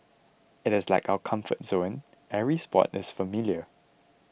it is like our comfort zone every spot is familiar